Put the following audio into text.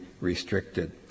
restricted